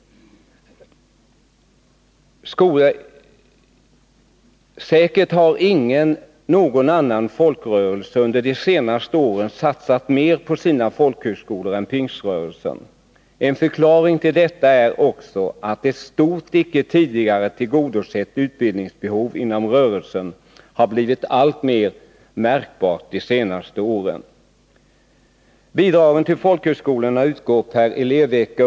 Säkerligen har inte någon annan folkrörelse under de senaste åren satsat mer på sina folkhögskolor än Pingströrelsen. En förklaring till detta är också att ett stort, icke tidigare tillgodosett, utbildningsbehov inom rörelsen har blivit alltmer märkbart de senaste åren. Bidragen till folkhögskolorna utgår per elevvecka.